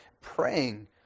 praying